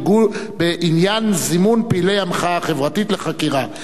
בעניין זימון פעילי המחאה החברתית לחקירה.